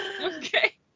Okay